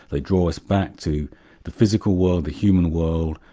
they draw us back to the physical world, the human world,